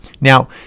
Now